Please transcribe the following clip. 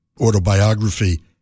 autobiography